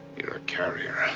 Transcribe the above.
you're a carrier.